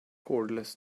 cordless